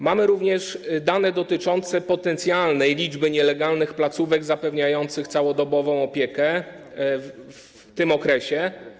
Mamy również dane dotyczące potencjalnej liczby nielegalnych placówek zapewniających całodobową opiekę w tym okresie.